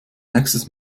nächstes